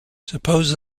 suppose